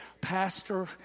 Pastor